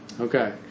Okay